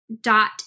dot